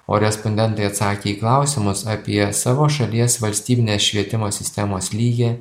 o respondentai atsakė į klausimus apie savo šalies valstybinės švietimo sistemos lygį